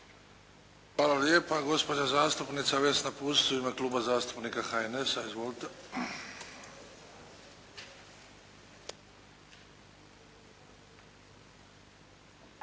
Hvala lijepa. Gospođa zastupnica Vesna Pusić u ime Kluba zastupnika HNS-a. Izvolite.